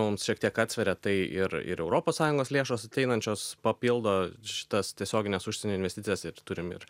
mums šiek tiek atsveria tai ir ir europos sąjungos lėšos ateinančios papildo šitas tiesiogines užsienio investicijas ir turim ir